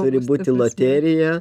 turi būti loterija